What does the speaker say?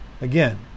again